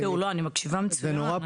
אני מקשיבה מצוין.